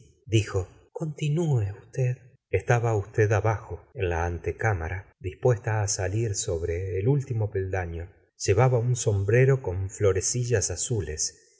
dijo continúe usted estaba usted abajo en la antecámara dispuesta á salir sobre el último peldaño llevaba un sombrero con florecillas azules